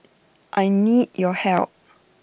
I need your help